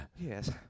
Yes